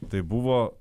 tai buvo